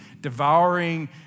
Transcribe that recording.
devouring